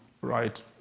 Right